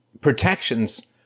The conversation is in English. protections